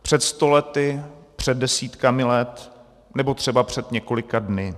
Před sto lety, před desítkami let nebo třeba před několika dny.